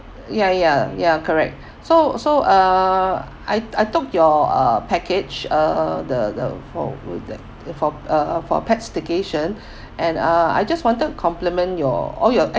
ya ya ya correct so so uh I I took your uh package uh the the for what is that for uh for pets staycation and uh I just wanted compliment your all your